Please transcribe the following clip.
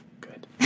Good